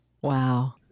Wow